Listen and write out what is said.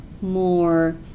more